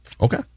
Okay